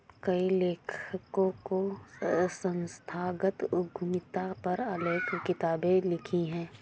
कई लेखकों ने संस्थागत उद्यमिता पर अनेक किताबे लिखी है